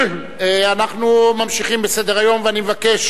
אנחנו ממשיכים בסדר-היום ואני מבקש